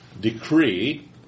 decree